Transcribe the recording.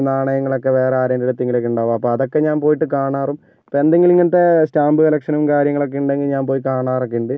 നാണയങ്ങളൊക്കെ വേറെ ആരുടെയടുത്തെങ്കിലും ഉണ്ടാകാം അപ്പോൾ അതൊക്കെ ഞാൻ പോയിട്ട് കാണാറും എന്തെങ്കിലും ഇങ്ങനത്തെ സ്റ്റാമ്പ് കളക്ഷനും കാര്യങ്ങളൊക്കെ ഉണ്ടെങ്കിൽ ഞാൻ പോയി കാണാറൊക്കെ ഉണ്ട്